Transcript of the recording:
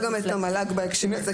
אולי נשמע גם את המל"ג בהקשר הזה.